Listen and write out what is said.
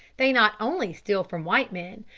they not only steal from white men,